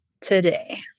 today